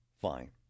fine